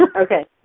Okay